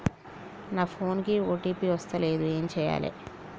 నా ఫోన్ కి ఓ.టీ.పి వస్తలేదు ఏం చేయాలే?